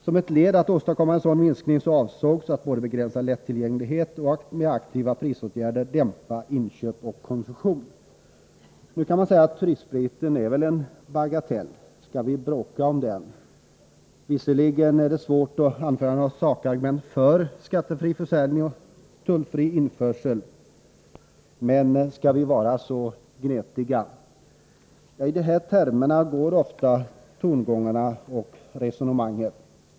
Som ett led att åstadkomma en sådan minskning avsågs att både begränsa tillgängligheten och att med aktiva prisåtgärder dämpa inköp och konsumtion. Nu kan man säga: Turistspriten är väl en bagatell, skall vi bråka om den? Visserligen är det svårt att anföra några sakargument för skattefri försäljning och tullfri införsel, men skall vi verkligen vara så gnetiga? Ja, i de här termerna går ofta resonemanget.